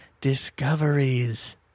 discoveries